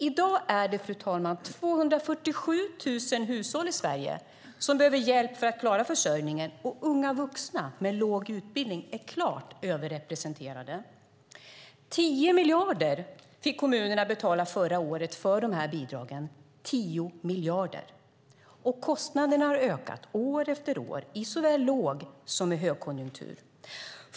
I dag är det, fru talman, 247 000 hushåll i Sverige som behöver hjälp för att klara försörjningen. Unga vuxna med låg utbildning är klart överrepresenterade. 10 miljarder fick kommunerna betala förra året för de här bidragen, och kostnaderna har ökat år efter år i såväl låg som högkonjunktur.